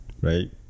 right